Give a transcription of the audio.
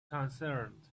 concerned